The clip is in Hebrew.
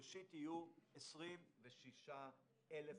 ראשית, יהיו 26,000 מסלולים.